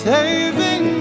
Saving